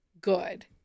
good